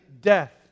death